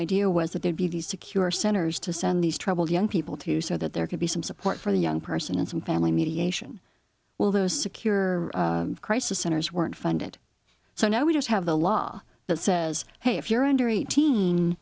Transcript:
these secure centers to send these troubled young people to so that there could be some support for the young person and some family mediation well those secure crisis centers weren't funded so now we just have the law that says hey if you're under eighteen